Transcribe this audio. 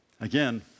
Again